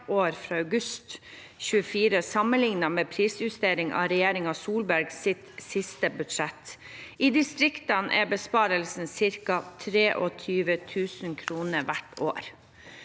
år fra august 2024, sammenlignet med prisjustering av regjeringen Solbergs siste budsjett. I distriktene er besparelsen ca. 23 000 kr hvert år.